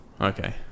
Okay